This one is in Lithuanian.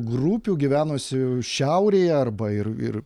grupių gyvenusių šiaurėje arba ir ir